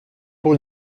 pour